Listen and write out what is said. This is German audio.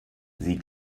sie